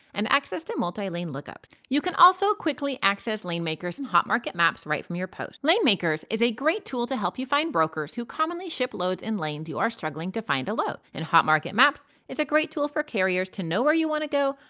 and access to multi lane lookup. you can also quickly access lane makers and hot market maps right from your post. lane makers is a great tool to help you find brokers who commonly shiploads in lanes do you are struggling to find a load. and hot market maps is a great tool for carriers to know where you want to go,